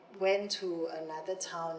went to another town